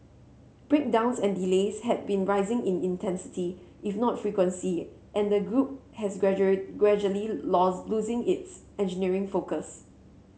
breakdowns and delays had been rising in intensity if not frequency and the group has gradual gradually lose losing its engineering focus